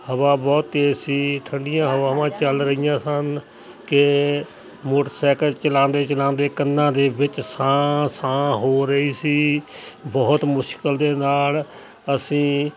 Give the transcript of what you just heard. ਹਵਾ ਬਹੁਤ ਤੇਜ਼ ਸੀ ਠੰਡੀਆਂ ਹਵਾਵਾਂ ਚੱਲ ਰਹੀਆਂ ਸਨ ਕਿ ਮੋਟਰਸਾਈਕਲ ਚਲਾਉਂਦੇ ਚਲਾਉਂਦੇ ਕੰਨਾਂ ਦੇ ਵਿੱਚ ਸਾਂ ਸਾਂ ਹੋ ਰਹੀ ਸੀ ਬਹੁਤ ਮੁਸ਼ਕਿਲ ਦੇ ਨਾਲ ਅਸੀਂ